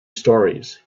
stories